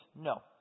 No